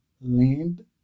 land